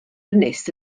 ynys